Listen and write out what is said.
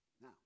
Now